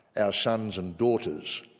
our sons and daughters.